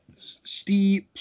Steve